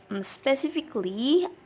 specifically